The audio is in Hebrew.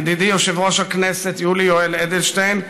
ידידי יושב-ראש הכנסת יולי יואל אדלשטיין,